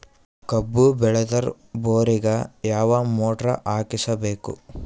ಕಬ್ಬು ಬೇಳದರ್ ಬೋರಿಗ ಯಾವ ಮೋಟ್ರ ಹಾಕಿಸಬೇಕು?